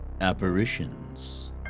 apparitions